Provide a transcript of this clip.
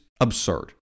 absurd